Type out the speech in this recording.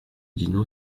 dino